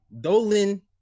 Dolan